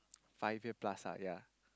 five year plus ah ya